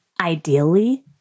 Ideally